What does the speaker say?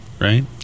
right